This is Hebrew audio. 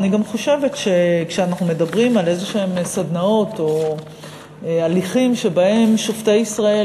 אני גם חושבת שכשאנחנו מדברים על סדנאות או הליכים שבהם שופטי ישראל